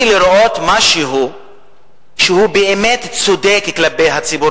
לראות משהו שהוא באמת צודק כלפי הציבור